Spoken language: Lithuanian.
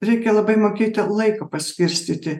reikia labai mokėti laiką paskirstyti